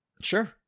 Sure